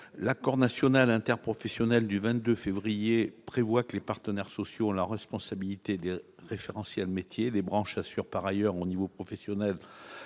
L'accord national interprofessionnel du 22 février prévoit que les partenaires sociaux ont la responsabilité des référentiels métiers. Les branches assurent par ailleurs, au niveau professionnel